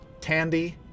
Tandy